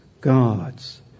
gods